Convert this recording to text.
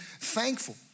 thankful